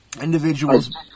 Individuals